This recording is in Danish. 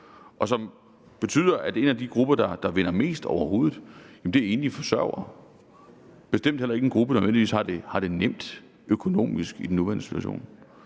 Reformen betyder også, at en af de grupper, der vinder mest overhovedet, er enlige forsørgere. Det er bestemt heller ikke en gruppe, der nødvendigvis har det nemt økonomisk i den nuværende situation.